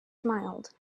smiled